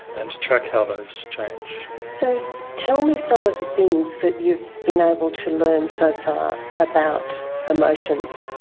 and to track how those change. so tell me some of the things that you've been able to learn so far about emotions.